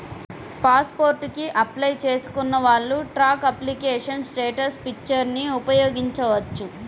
pass port కి apply చేసుకున్న వాళ్ళు ట్రాక్ అప్లికేషన్ స్టేటస్ ఫీచర్ని ఉపయోగించవచ్చు